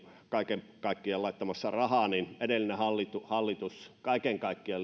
kaiken kaikkiaan on laittamassa rahaa kun edellinen hallitus laittoi liikenneinvestointeihin kaiken kaikkiaan